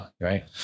right